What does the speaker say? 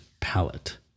palette